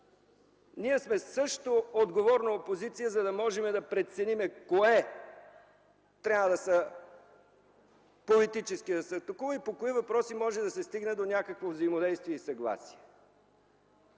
ние сме също отговорна опозиция, за да можем да преценим, кое трябва политически да се атакува и по кои въпроси може да се стигне до някакво взаимодействие и съгласие.